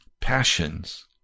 passions